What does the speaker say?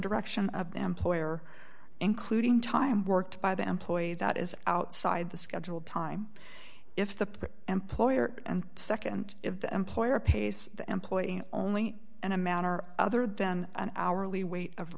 direction of the employer including time work by the employee that is outside the scheduled time if the employer and nd if the employer pays the employee only in a manner other than an hourly wage of